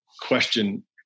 question